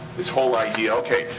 this whole idea, okay,